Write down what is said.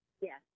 Yes